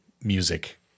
music